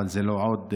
אבל זה לא עוד,